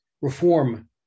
Reform